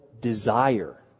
desire